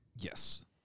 Yes